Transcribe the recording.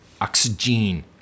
Oxygen